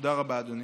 תודה רבה, אדוני.